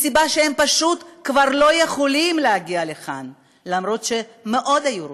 מסיבה שהם פשוט כבר לא יכולים להגיע לכאן למרות שמאוד היו רוצים,